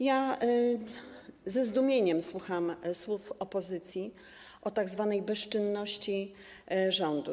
Ja ze zdumieniem słucham słów opozycji o tzw. bezczynności rządu.